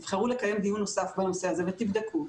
תבחרו לקיים דיון נוסף בנושא הזה ותבדקו.